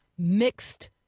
Mixed